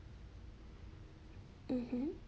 mmhmm